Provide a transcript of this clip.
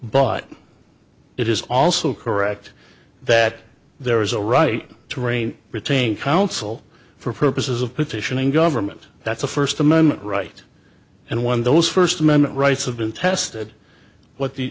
but it is also correct that there is a right to rain retain counsel for purposes of petitioning government that's a first amendment right and one of those first amendment rights have been tested what the